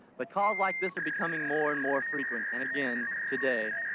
but calls like this are becoming more and more frequent, and again, today,